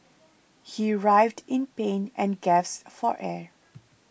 he writhed in pain and gasped for air